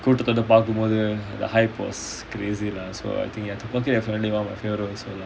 கூட்டத்தோடபார்க்கும்போது:kootathoda parkumpothu the hype was crazy lah so I think ya definitely one of my favourite also lah